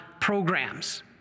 programs